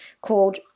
called